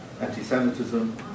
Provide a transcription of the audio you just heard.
anti-Semitism